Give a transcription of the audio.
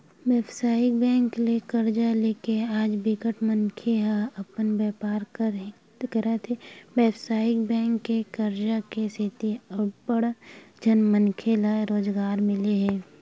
बेवसायिक बेंक ले करजा लेके आज बिकट मनखे ह अपन बेपार करत हे बेवसायिक बेंक के करजा के सेती अड़बड़ झन मनखे ल रोजगार मिले हे